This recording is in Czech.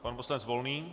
Pan poslanec Volný.